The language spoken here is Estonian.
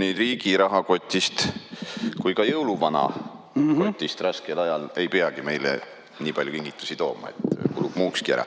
ei riigi rahakotist ega ka jõuluvana kotist raskel ajal ei peagi meile nii palju kingitusi tooma, kulub muukski ära.